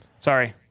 Sorry